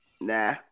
Nah